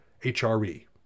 HRE